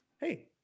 hey